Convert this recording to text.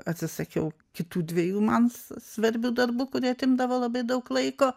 atsisakiau kitų dviejų man s svarbių darbų kurie atimdavo labai daug laiko